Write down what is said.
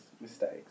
mistakes